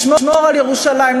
לשמור על ירושלים,